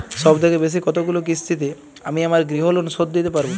সবথেকে বেশী কতগুলো কিস্তিতে আমি আমার গৃহলোন শোধ দিতে পারব?